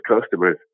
customers